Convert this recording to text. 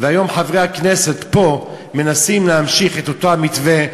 והיום חברי הכנסת פה מנסים להמשיך את אותו המתווה,